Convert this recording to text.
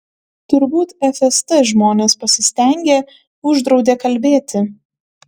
turbūt fst žmonės pasistengė uždraudė kalbėti